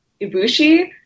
Ibushi